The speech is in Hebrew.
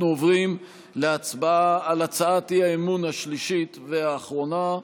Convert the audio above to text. אנחנו עוברים להצבעה על הצעת האי-אמון השלישית והאחרונה,